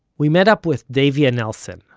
we met up with davia nelson,